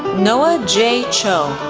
noah j. cho,